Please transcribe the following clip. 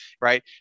right